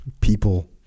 people